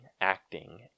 acting